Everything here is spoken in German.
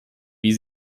wie